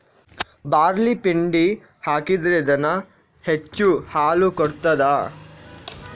Barley ಪಿಂಡಿ ಹಾಕಿದ್ರೆ ದನ ಹೆಚ್ಚು ಹಾಲು ಕೊಡ್ತಾದ?